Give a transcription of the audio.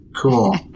Cool